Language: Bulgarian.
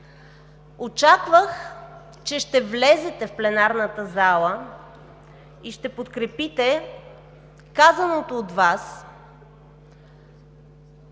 Очаквах, че ще влезете в пленарната зала и ще подкрепите казаното от Вас